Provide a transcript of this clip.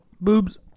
Boobs